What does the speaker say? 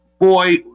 boy